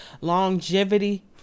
longevity